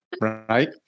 Right